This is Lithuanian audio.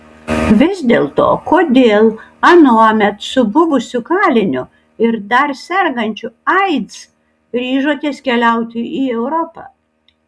vis dėlto kodėl anuomet su buvusiu kaliniu ir dar sergančiu aids ryžotės keliauti į europą